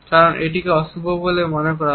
কারণ এটিকে অশুভ বলে মনে করা হয়